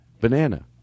Banana